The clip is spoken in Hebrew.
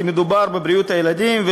כי מדובר בבריאות הילדים,